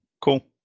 Cool